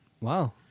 Wow